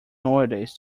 nowadays